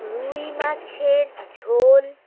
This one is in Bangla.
রুই মাছের ঝোল